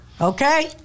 okay